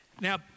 Now